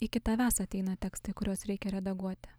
iki tavęs ateina tekstai kuriuos reikia redaguoti